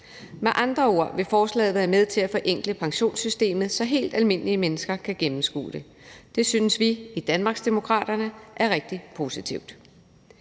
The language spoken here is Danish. Med andre ord vil forslaget være med til at forenkle pensionssystemet, så helt almindelige mennesker kan gennemskue det. Det synes vi i Danmarksdemokraterne er rigtig positivt.